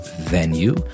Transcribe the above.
venue